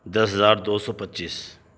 دس ہزار دو سو پچیس